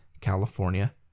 California